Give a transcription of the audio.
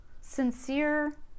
sincere